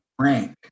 rank